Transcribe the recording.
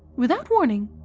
without warning,